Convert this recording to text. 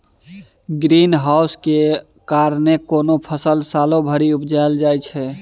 green house केर कारणेँ कोनो फसल सालो भरि उपजाएल जाइ छै